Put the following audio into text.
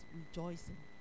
rejoicing